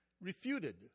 refuted